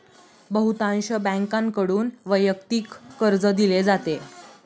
बहुतांश बँकांकडून वैयक्तिक कर्ज दिले जाते